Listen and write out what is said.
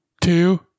two